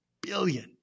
billion